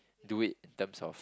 do it terms of